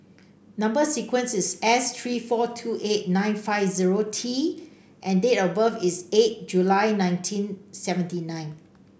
number sequence is S three four two eight nine five zero T and date of birth is eight July nineteen seventy nine